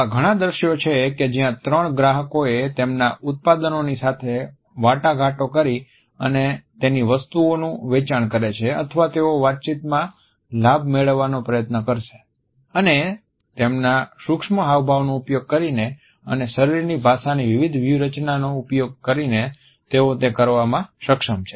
એવા ઘણા દ્રશ્યો છે કે જ્યાં ત્રણ ગ્રાહકોએ તેમના ઉત્પાદનોની સાથે વાટાઘાટો કરી અને તેની વસ્તુઓનું વેચાણ કરે છે અથવા તેઓ વાતચીતમાં લાભ મેળવવાનો પ્રયત્ન કરશે અને તેમના સૂક્ષ્મ હાવભાવનો ઉપયોગ કરીને અને શરીરની ભાષાની વિવિધ વ્યૂહરચના નો ઉપયોગ કરીને તેઓ તે કરવામાં સક્ષમ છે